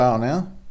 now